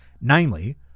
Namely